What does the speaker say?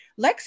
Lexi